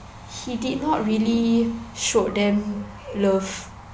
he did not really showed them love